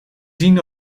zien